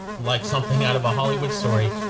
like something out of a hollywood story,